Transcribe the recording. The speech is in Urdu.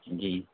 جی